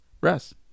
rest